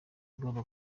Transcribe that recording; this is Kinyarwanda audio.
igomba